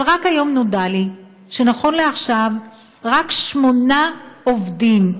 אבל רק היום נודע לי שנכון לעכשיו רק שמונה עובדים,